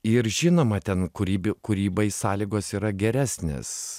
ir žinoma ten kūrybi kūrybai sąlygos yra geresnės